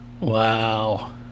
Wow